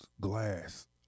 glass